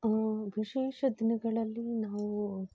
ವಿಶೇಷ ದಿನಗಳಲ್ಲಿ ನಾವು